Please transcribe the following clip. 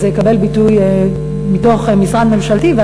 וזה יקבל ביטוי מתוך משרד ממשלתי,